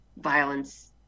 violence